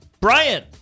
Brian